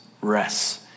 rests